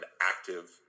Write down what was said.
active